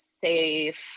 safe